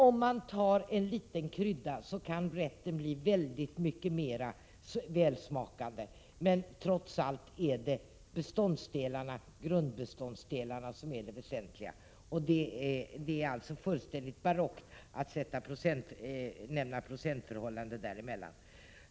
Om man tar en liten krydda kan rätten bli mycket mera välsmakande, men trots allt är det grundbeståndsdelarna som är det väsentliga. Det är alltså fullständigt barockt att ange sådana procentförhållanden.